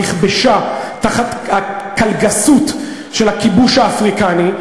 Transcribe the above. נכבשה תחת הקלגסות של הכיבוש האפריקני,